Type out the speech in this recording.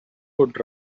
would